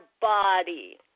body